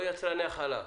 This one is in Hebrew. לא יצרני החלב.